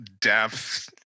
depth